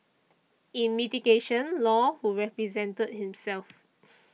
in mitigation Law who represented himself